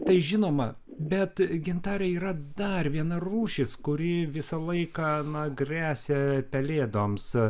tai žinoma bet gintare yra dar viena rūšis kuri visą laiką na gresia pelėdoms